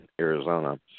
Arizona